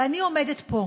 ואני עומדת פה,